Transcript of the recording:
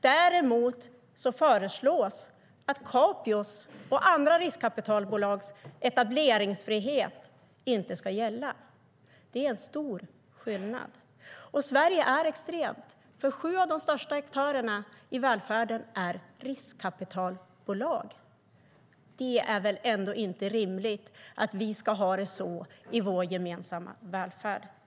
Däremot föreslås att Capios och andra riskkapitalbolags etableringsfrihet inte ska gälla. Det är en stor skillnad. Sverige är extremt. Sju av de största aktörerna i välfärden är riskkapitalbolag. Det är väl ändå inte rimligt att vi ska ha det så i vår gemensamma välfärd?